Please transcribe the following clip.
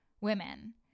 women